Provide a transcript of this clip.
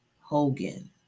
Hogan